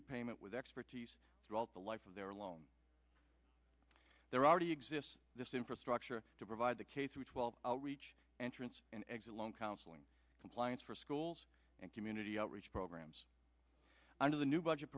repayment with expertise throughout the life of their loan there already exists this infrastructure to provide the case through twelve hour each entrance and exit loan counseling compliance for schools and community outreach programs under the new budget